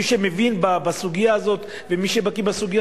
מי שמבין בסוגיה הזאת ומי שבקי בסוגיה